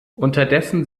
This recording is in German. unterdessen